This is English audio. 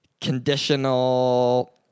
conditional